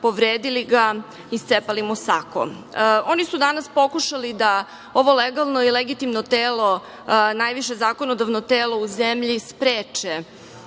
povredili ga, iscepali mu sako. Oni su danas pokušali da ovo legalno i legitimno telo, najviše zakonodavno telo u zemlji spreče